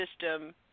system